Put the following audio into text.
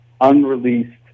unreleased